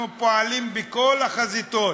אנחנו פועלים בכל החזיתות.